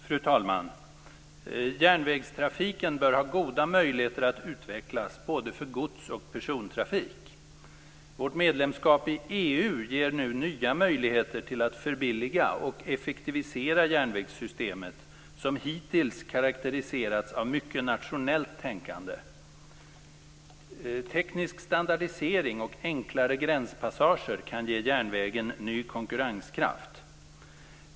Fru talman! Järnvägstrafiken bör ha goda möjligheter att utvecklas för både gods och persontrafik. Vårt medlemskap i EU ger nu nya möjligheter till att förbilliga och effektivisera järnvägssystemet, som hittills karakteriserats av mycket nationellt tänkande. Teknisk standardisering och enklare gränspassager kan ge järnvägen ny konkurrenskraft.